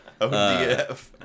ODF